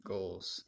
Goals